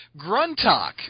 Gruntalk